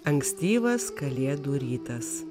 ankstyvas kalėdų rytas